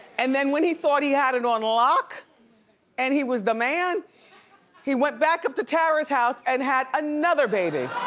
and then when he thought he had it on lock and he was the man he went back up to tara's house and had another baby.